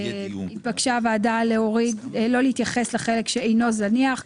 התבקשה הוועדה לא להתייחס לחלק שאינו זניח,